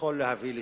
יכול להביא לשינוי.